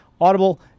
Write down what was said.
Audible